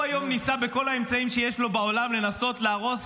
הוא היום ניסה בכל האמצעים שיש לו בעולם לנסות להרוס